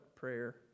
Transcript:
Prayer